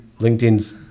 LinkedIn's